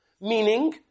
Meaning